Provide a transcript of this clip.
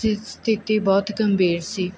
ਸਥਿ ਸਥਿਤੀ ਬਹੁਤ ਗੰਭੀਰ ਸੀ